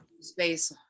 space